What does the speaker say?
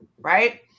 right